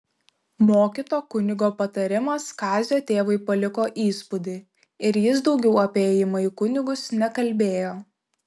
mokyto kunigo patarimas kazio tėvui paliko įspūdį ir jis daugiau apie ėjimą į kunigus nekalbėjo